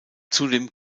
zudem